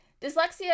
dyslexia